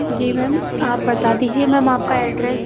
जी ma'am आप बता दीजिए मैम आपका एड्रेस